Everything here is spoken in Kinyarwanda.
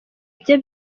bye